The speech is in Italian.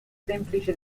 semplice